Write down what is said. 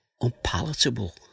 unpalatable